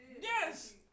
Yes